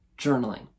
journaling